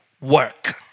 work